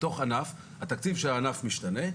בתוך ענף, התקציב של הענף משתנה,